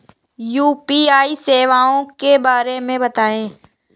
UPI सेवाओं के बारे में बताएँ?